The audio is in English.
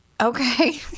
Okay